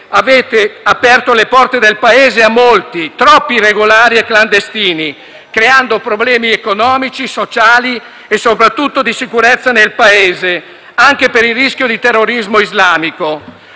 avete aperto le porte del Paese a molti, troppi irregolari e clandestini, creando problemi economici, sociali e, soprattutto, di sicurezza nel Paese, anche per il rischio di terrorismo islamico.